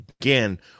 again